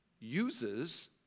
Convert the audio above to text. uses